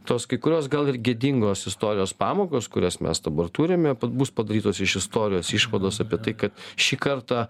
tos kai kurios gal ir gėdingos istorijos pamokos kurias mes dabar turime bus padarytos iš istorijos išvados apie tai kad šį kartą